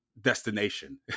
destination